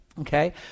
okay